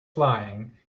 flying